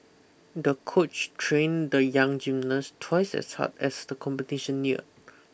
the coach trained the young gymnast twice as hard as the competition neared